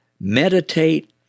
meditate